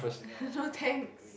no thanks